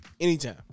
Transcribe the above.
Anytime